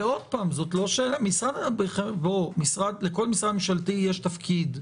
ועוד פעם, לכל משרד ממשלתי יש תפקיד.